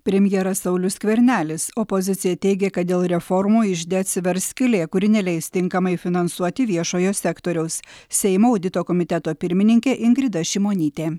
premjeras saulius skvernelis opozicija teigė kad dėl reformų ižde atsivers skylė kuri neleis tinkamai finansuoti viešojo sektoriaus seimo audito komiteto pirmininkė ingrida šimonytė